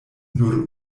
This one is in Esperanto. nur